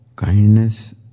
Kindness